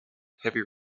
heavy